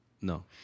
No